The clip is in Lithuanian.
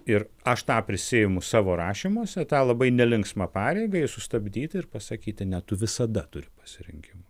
ir aš tą prisiimu savo rašymuose tą labai nelinksmą pareigą jį sustabdyti ir pasakyti ne tu visada turi pasirinkimą